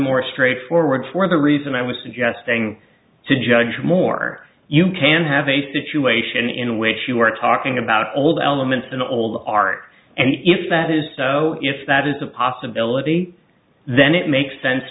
more straightforward for the reason i was suggesting to judge more you can have a situation in which you are talking about old elements and old art and if that is so if that is a possibility then it makes sense